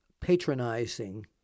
patronizing